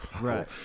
Right